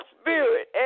spirit